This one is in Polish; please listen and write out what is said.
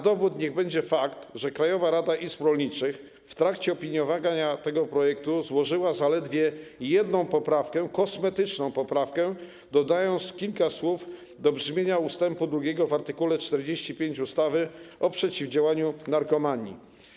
Dowodem niech będzie fakt, że Krajowa Rada Izb Rolniczych w trakcie opiniowania tego projektu złożyła zaledwie jedną poprawkę, kosmetyczną, polegającą na dodaniu kilku słów do brzmienia ust. 2 w art. 45 ustawy o przeciwdziałaniu narkomanii.